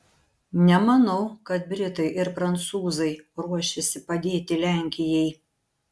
nemanau kad britai ir prancūzai ruošiasi padėti lenkijai